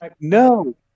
No